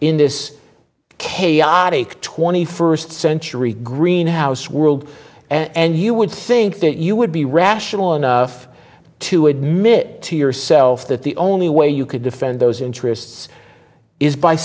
in this chaotic twenty first century greenhouse world and you would think that you would be rational enough to admit to yourself that the only way you could defend those interests is by